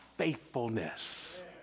faithfulness